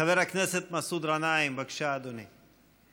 חבר הכנסת מסעוד גנאים, בבקשה, אדוני.